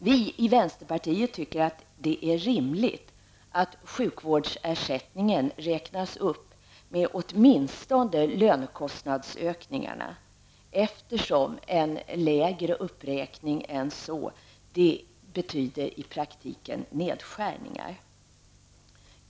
Vi i vänsterpartiet tycker att det är rimligt att sjukvårdsersättningen räknas upp med åtminstone lönekostnadsökningarna. En lägre uppräkning än så betyder nämligen i praktiken nedskärningar.